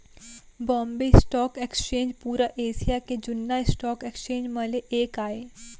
Bombay stock exchange पुरा Asia के जुन्ना स्टॉक एक्सचेंज म ले एक आय